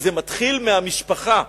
וזה מתחיל מהמשפחה.